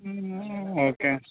ம் ஓகே